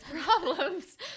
problems